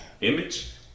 image